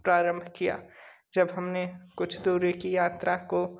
प्रारंभ किया जब हमने कुछ दूरी की यात्रा को